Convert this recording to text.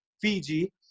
Fiji